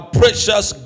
precious